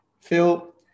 Phil